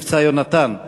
"מבצע יונתן".